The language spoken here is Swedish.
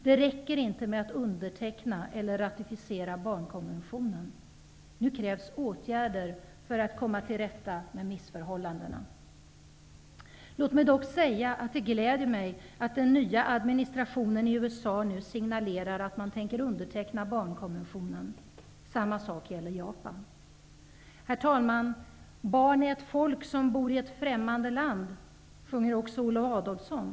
Det räcker inte med att underteckna och ratificera barnkonventionen. Nu krävs åtgärder för att komma till rätta med missförhållandena. Låt mig dock säga att det gläder mig att den nya administrationen i USA nu signalerar att man tänker underteckna barnkonventionen. Samma sak gäller Japan. Herr talman! ''Barn är ett folk, och dom bor i ett främmande land'', sjunger Olle Adolphson.